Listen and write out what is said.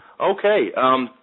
okay